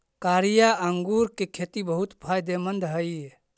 कारिया अंगूर के खेती बहुत फायदेमंद हई